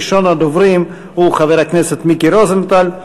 ראשון הדוברים הוא חבר הכנסת מיקי רוזנטל.